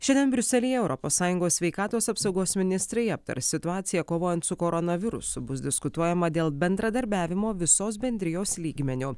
šiandien briuselyje europos sąjungos sveikatos apsaugos ministrai aptars situaciją kovojant su koronavirusu bus diskutuojama dėl bendradarbiavimo visos bendrijos lygmeniu